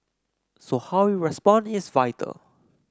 so how we respond is vital